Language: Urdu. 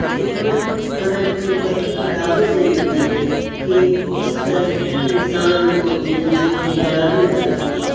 حکمت ہمیں پہلی کتابوں سے ملتی ہے کہ کس طرح انسان کو اپنی زندگی گزارنی چاہیے